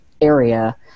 area